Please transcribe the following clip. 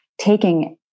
taking